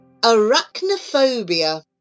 Arachnophobia